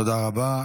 תודה רבה.